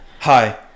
Hi